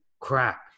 crap